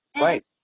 Right